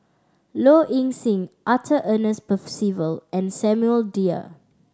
Low Ing Sing Arthur Ernest Percival and Samuel Dyer